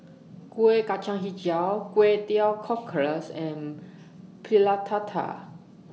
Kueh Kacang Hijau Kway Teow Cockles and Pulut Tatal